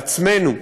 לעצמנו: